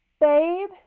Babe